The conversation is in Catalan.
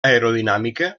aerodinàmica